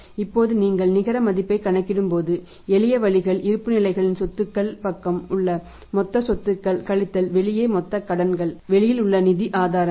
இப்போது நீங்கள் நிகர மதிப்பைக் கணக்கிடும்போது எளிய வழிகள் இருப்புநிலைகளின் சொத்துக்கள் பக்கம் உள்ள மொத்த சொத்துக்கள் கழித்தல் வெளியே மொத்த கடன்கள் வெளியிலுள்ள நிதி ஆதாரங்கள்